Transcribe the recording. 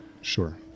Sure